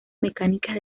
mecánicas